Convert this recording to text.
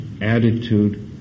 attitude